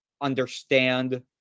understand